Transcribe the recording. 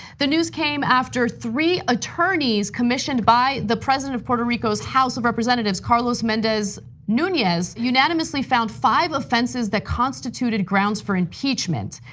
the news came after three attorneys commissioned by the president of puerto rico's house of representatives, carlos mendez nunez, unanimously found five offenses that constituted grounds for impeachment.